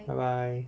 bye bye